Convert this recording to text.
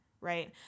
right